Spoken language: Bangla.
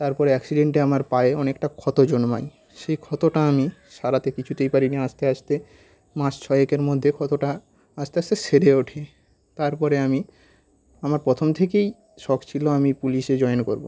তারপরে অ্যাক্সিডেন্টে আমার পায়ে অনেকটা ক্ষত জন্মায় সে ক্ষতটা আমি সারাতে কিছুতেই পারিনি আস্তে আস্তে মাস ছয়েকের মধ্যে ক্ষতটা আস্তে আস্তে সেরে ওঠে তারপরে আমি আমার প্রথম থেকেই শখ ছিলো আমি পুলিশে জয়েন করব